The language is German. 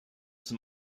zum